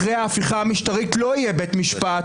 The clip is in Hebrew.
אחרי ההפיכה המשטרית לא יהיה בית משפט